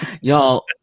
Y'all